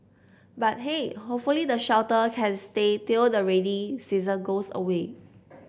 but hey hopefully the shelter can stay till the rainy season goes away